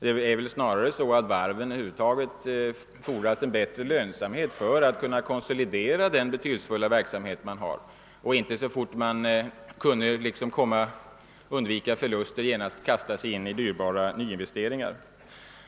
Det är väl snarare så att det för varven fordras en bättre lönsamhet för att man skall kunna konsolidera den betydelsefulla verksamhet man bedriver i stället för att, så snart man kan undvika förluster, kasta sig in i dyrbara nyinvesteringar.